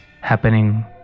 happening